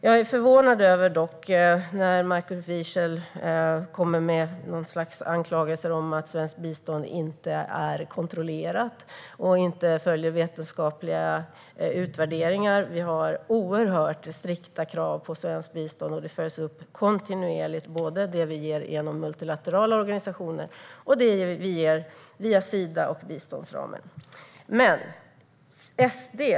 Jag är dock förvånad över Markus Wiechels anklagelser om att svenskt bistånd inte är kontrollerat och inte följer vetenskapliga utvärderingar. Vi har mycket strikta krav på svenskt bistånd, och både det vi ger genom multilaterala organisationer och via Sida och biståndsramen följs upp kontinuerligt.